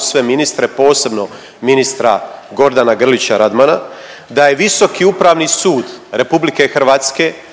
sve ministre, posebno ministra Gordana Grlića Radmana, da je Visoki upravni sud RH prije 2 dana